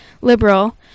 liberal